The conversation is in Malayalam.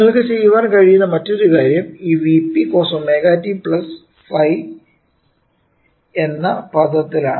നിങ്ങൾക്ക് ചെയ്യാൻ കഴിയുന്ന മറ്റൊരു കാര്യം ഈ V p cos ω t 5 എന്ന പദത്തിലാണ്